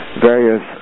Various